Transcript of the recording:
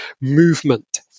movement